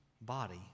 body